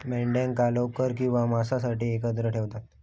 मेंढ्यांका लोकर किंवा मांसासाठी एकत्र ठेवतत